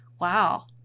Wow